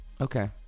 Okay